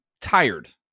tired